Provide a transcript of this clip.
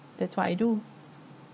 that's what I do